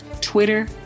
Twitter